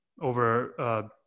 over